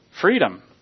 freedom